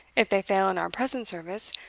if they fail in our present service,